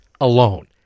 alone